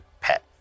pet